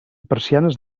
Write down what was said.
persianes